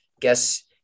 guess